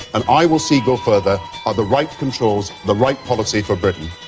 and i will see go further, are the right controls, the right policy for britain.